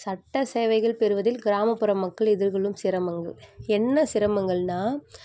சட்ட சேவைகள் பெறுவதில் கிராமப்புற மக்கள் எதிர்கொள்ளும் சிரமங்கள் என்ன சிரமங்கள்னா